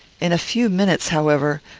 in a few minutes, however,